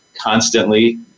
constantly